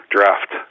Draft